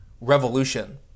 revolution